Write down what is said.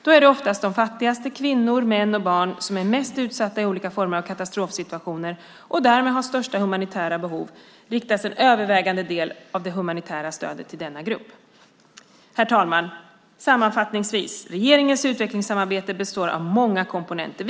Då det oftast är de fattigaste kvinnorna, männen och barnen som är de mest utsatta i olika former av katastrofsituationer och därmed har störst humanitärt behov riktas en övervägande del av det humanitära stödet till denna grupp. Herr talman! Sammanfattningsvis består regeringens utvecklingssamarbete av många komponenter.